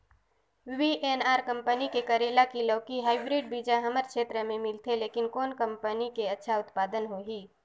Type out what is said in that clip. VNR company के करेला की लौकी हाईब्रिड बीजा हमर क्षेत्र मे मिलथे, लेकिन कौन कंपनी के अच्छा उत्पादन होही?